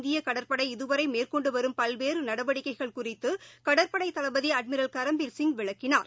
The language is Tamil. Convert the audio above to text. இந்தியகடற்படை இதுவரைமேற்கொண்டுவரும் பல்வேறுந்டவடிக்கைகள் அவரிடம் குறித்துகடற்படைதளபதிஅட்மிரல் கரம்பீர் சிங் விளக்கினார்